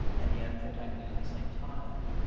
and yet protected at the same time.